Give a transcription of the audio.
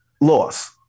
loss